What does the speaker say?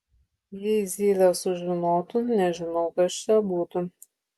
jei zylė sužinotų nežinau kas čia būtų